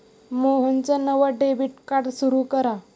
मोहनचं नवं debit card सुरू करा